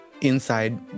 inside